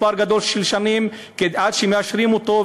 מספר גדול של שנים עוברות עד שמאשרים אותו,